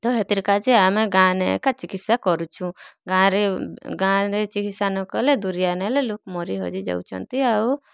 ତ ହେଥିର କାଜି ଆମେ ଗାଁ ନେ ଏକା ଚିକିତ୍ସା କରୁଛୁ ଗାଁ ରେ ଗାଁ ନେ ଚିକିତ୍ସା ନକଲେ ଦୂରିଆ ନେଲେ ଲୋକ ମରି ହଜି ଯାଉଛନ୍ତି ଆଉ